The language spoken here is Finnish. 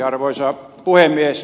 arvoisa puhemies